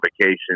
vacation